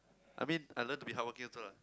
I mean I learn to be hardworking also lah